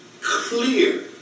clear